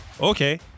Okay